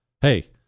Hey